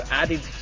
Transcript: added